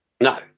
No